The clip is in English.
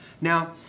Now